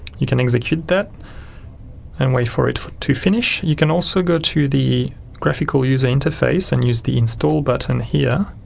you can execute that and wait for it to finish. you can also go to the graphical user interface and use the install button here